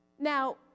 Now